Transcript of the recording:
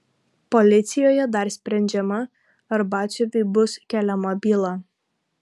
policijoje dar sprendžiama ar batsiuviui bus keliama byla